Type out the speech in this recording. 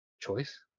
choice